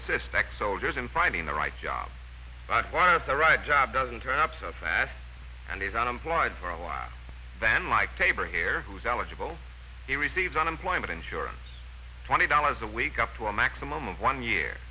assist that soldiers in finding the right job one of the right job doesn't turn up so fast and even implied for a while then like taber here who is eligible to receive unemployment insurance twenty dollars a week up to a maximum of one year